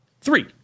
Three